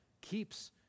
keeps